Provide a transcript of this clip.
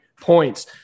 points